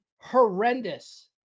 horrendous